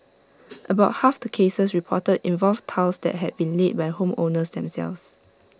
about half the cases reported involved tiles that had been laid by home owners themselves